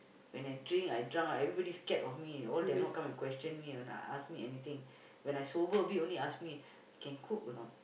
when I drink I drunk right everybody scared of me all dare not come and question me or ask me anything when I sober a bit only they ask me